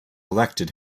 elected